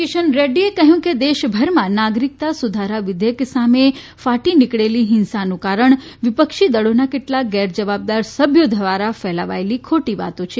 કિશનરેક્રીએ કહ્યું કે દેશભરમાં નાગરીકતા સુધારા વિધયક સામે ફાટી નીકળેલી હિંસાનું કારણ વિપક્ષી દળોના કેટલાક ગેરજવાબદાર સભ્યો દ્વારા ફેલાવાયેલી ખોટી વાતો છે